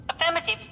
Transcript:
Affirmative